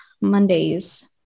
mondays